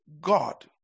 God